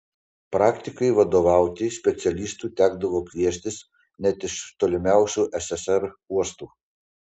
praktikai vadovauti specialistų tekdavo kviestis net iš tolimiausių sssr uostų